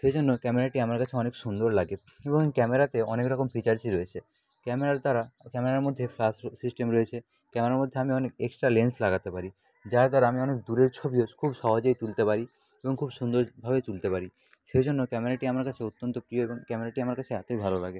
সেই জন্য ক্যামেরাটি আমার কাছে অনেক সুন্দর লাগে এবং এই ক্যামেরাতে অনেক রকম ফিচার্সই রয়েছে ক্যামেরার দ্বারা আর ক্যামেরার মধ্যে ফ্ল্যাশ সিস্টেম রয়েছে ক্যামেরার মধ্যে আমি অনেক এক্সট্রা লেন্স লাগাতে পারি যার দ্বারা আমি অনেক দূরের ছবিও খুব সহজেই তুলতে পারি এবং খুব সুন্দরভাবে তুলতে পারি সেই জন্য ক্যামেরাটি আমার কাছে অত্যন্ত প্রিয় এবং ক্যামেরাটি আমার কাছে এতোই ভালো লাগে